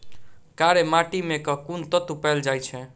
कार्य माटि मे केँ कुन तत्व पैल जाय छै?